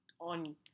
on